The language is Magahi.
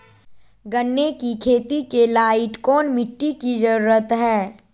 गन्ने की खेती के लाइट कौन मिट्टी की जरूरत है?